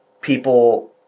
People